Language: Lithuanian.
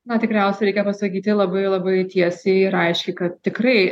na tikriausiai reikia pasakyti labai labai tiesiai ir aiškiai kad tikrai